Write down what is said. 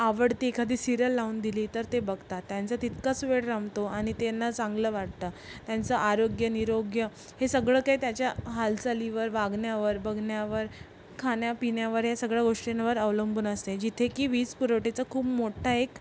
आवडती एखादी सिरियल लावून दिली तर ते बघतात त्यांचं तितकाच वेळ रमतो आणि त्यांना चांगलं वाटतं त्यांचं आरोग्य निरोग्य हे सगळं काही त्याच्या हालचालीवर वागण्यावर बघण्यावर खाण्यापिण्यावर या सगळ्या गोष्टींवर अवलंबून असते जिथे की वीज पुरवठ्याचा खूप मोठ्ठा एक